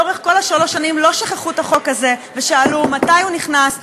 שלאורך כל שלוש השנים לא שכחו את החוק הזה ושאלו: מתי הוא נכנס?